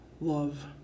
love